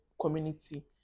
community